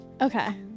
Okay